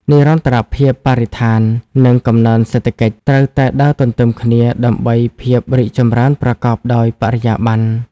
និរន្តរភាពបរិស្ថាន និងកំណើនសេដ្ឋកិច្ច ត្រូវតែដើរទន្ទឹមគ្នាដើម្បីភាពរីកចម្រើនប្រកបដោយបរិយាប័ន្ន។